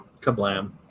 Kablam